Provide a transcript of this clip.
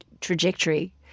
trajectory